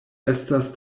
estas